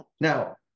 now